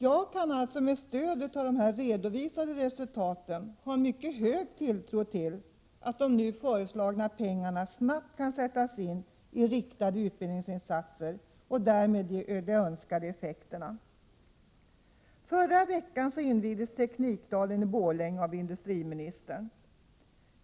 Jag kan alltså med stöd av dessa redovisade resultat ha mycket hög tilltro till att de nu föreslagna pengarna snabbt kan sättas in i riktade utbildningsinsatser och därmed ge de önskade effekterna. Förra veckan invigdes Teknikdalen i Borlänge av industriministern.